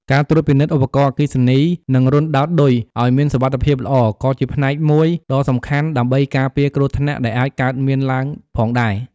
ការត្រួតពិនិត្យឧបករណ៍អគ្គិសនី និងរន្ធដោតឌុយ ឲ្យមានសុវត្ថិភាពល្អ ក៏ជាផ្នែកមួយដ៏សំខាន់ដើម្បីការពារគ្រោះថ្នាក់ដែលអាចកើតមានឡើងផងដែរ។